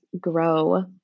grow